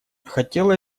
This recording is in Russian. хотела